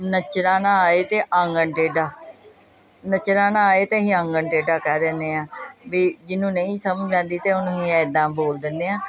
ਨੱਚਣਾ ਨਾ ਆਏ ਤਾਂ ਆਂਗਨ ਟੇਢਾ ਨੱਚਣਾ ਨਾ ਆਏ ਤਾਂ ਅਸੀਂ ਆਂਗਨ ਟੇਢਾ ਕਹਿ ਦਿੰਦੇ ਹਾਂ ਵੀ ਜਿਹਨੂੰ ਨਹੀਂ ਸਮਝ ਆਉਂਦੀ ਤਾਂ ਉਹਨੂੰ ਅਸੀਂ ਐਦਾਂ ਬੋਲ ਦਿੰਦੇ ਹਾਂ